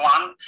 one